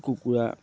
কুকুৰা